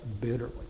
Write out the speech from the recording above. bitterly